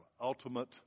ultimate